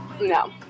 No